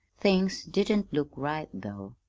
things didn't look right, though.